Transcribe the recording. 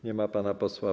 Nie ma pana posła.